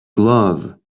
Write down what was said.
glove